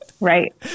right